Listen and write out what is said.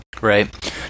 Right